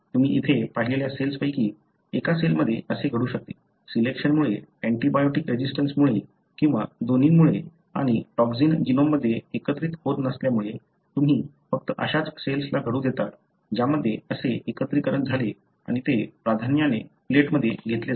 तुम्ही येथे पाहिलेल्या सेल्सपैकी एका सेलमध्ये असे घडू शकते सिलेक्शनमुळे एन्टीबायोटीक रेझिस्टन्समुळे किंवा दोन्हीमुळे आणि टॉक्सिन जीनोममध्ये एकत्रित होत नसल्यामुळे तुम्ही फक्त अशाच सेल्सला घडू देतात ज्यामध्ये असे एकत्रीकरण झाले आणि ते प्राधान्याने प्लेटमध्ये घेतले जातात